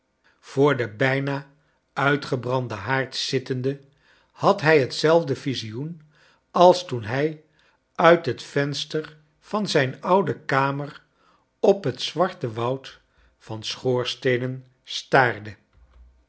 voor den bijna uitgebranden haard zittende had hij hetzelfde visioen als toen hij uit het venster van zijn oude kamer op het zwarte woud van schoorsteenen staarde